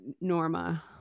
norma